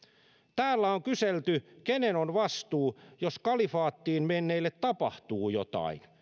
täällä on kyselty kenen on vastuu jos kalifaattiin menneille tapahtuu jotain